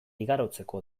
igarotzeko